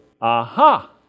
Aha